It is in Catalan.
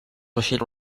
vaixells